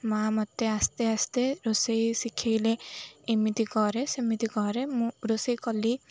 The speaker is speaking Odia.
ମାଆ ମୋତେ ଆସ୍ତେ ଆସ୍ତେ ରୋଷେଇ ଶିଖାଇଲେ ଏମିତି କରେ ସେମିତି କରେ ମୁଁ ରୋଷେଇ କଲି